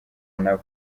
nabo